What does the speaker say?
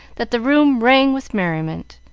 that the room rang with merriment,